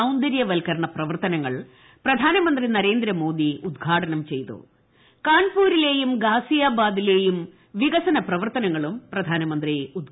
സൌന്ദര്യവൽക്കരണ പ്രപ്പുവർത്തനങ്ങൾ പ്രധാനമന്ത്രി നരേന്ദ്രമോദി ഉദ്ഘാടനും ചെയ്തു കാൺപൂരിലേയും ഗാസിയാബാദില്ലേയും വികസന പ്രവർത്തനങ്ങളും പ്രധാനമന്ത്രി ഉദ്ഘാടനം ചെയ്യും